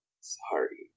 sorry